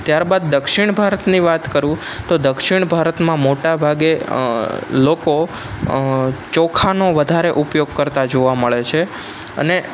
ત્યાર બાદ દક્ષિણ ભારતની વાત કરું તો દક્ષિણ ભારતમાં મોટા ભાગે લોકો ચોખાનો વધારે ઉપયોગ કરતાં જોવા મળે છે અને